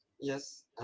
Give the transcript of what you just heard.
Yes